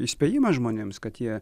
įspėjimą žmonėms kad jie